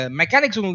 mechanics